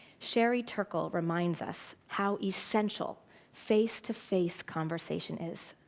sherry turkle reminds us how esential face to face conversation is.